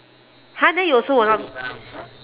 !huh! then you also will not